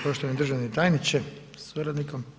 Poštovani državni tajniče sa suradnikom.